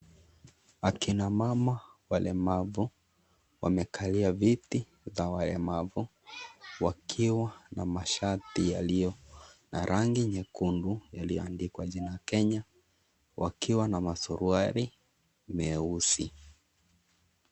Akina mama walemavu wamekalia viti vya walemavu wakiwa na mashati yaliyo na rangi nyekundu yaliyoandikwa jina Kenya wakiwa na masuruali meusi.